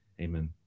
Amen